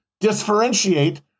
differentiate